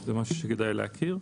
זה דבר שכדאי להכיר.